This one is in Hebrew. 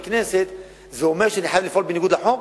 הכנסת זה אומר שאני חייב לפעול בניגוד לחוק?